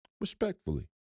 Respectfully